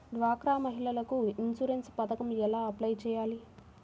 డ్వాక్రా మహిళలకు ఇన్సూరెన్స్ పథకం ఎలా అప్లై చెయ్యాలి?